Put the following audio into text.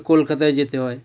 কলকাতায় যেতে হয়